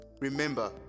Remember